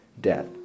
death